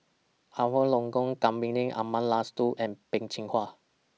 Abraham Logan Kavignareru Amallathasan and Peh Chin Hua